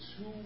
two